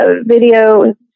video